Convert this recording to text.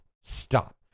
stop